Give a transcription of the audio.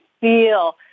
feel